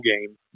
game